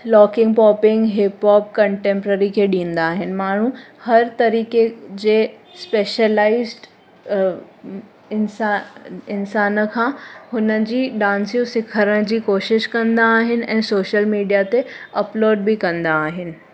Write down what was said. locking popping hip hop contemporary खे ॾींदा आहिनि माण्हू हर तरीक़े जे स्पेशयलाइस्ट इंसा इंसानु खां हुनजी ॾान्सियूं सिखारणु जी कोशिशि कंदा आहिनि ऐं सोशियल मिडिया ते अपलॉड बि कंदा आहिनि